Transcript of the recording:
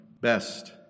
best